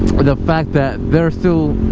the fact that they're still